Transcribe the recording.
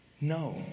No